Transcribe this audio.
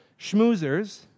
schmoozers